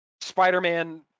Spider-Man